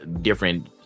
different